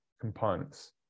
components